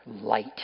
light